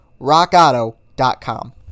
rockauto.com